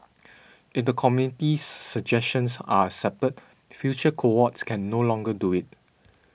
if the committee's suggestions are accepted future cohorts can no longer do it